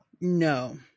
No